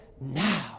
now